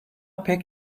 pek